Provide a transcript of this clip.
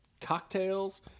cocktails